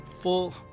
full